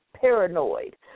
paranoid